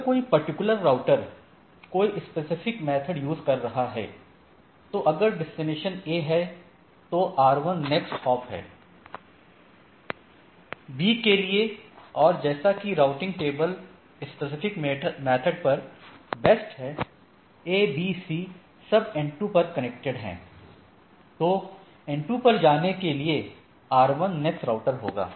अगर कोई particular router कोई स्पेसिफिक मेथड यूज कर रहा है तो अगर डेस्टिनेशन A है तो R1 नेक्स्ट हॉप है B के लिए और जैसा की राउटिंग टेबल स्पेसिफिक मेथड पर बेस्ड है A B C सब N2 पर कनेक्टेड है है तो N2 पर जाने के लिए R1 नेक्स्ट राउटर होगा